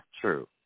true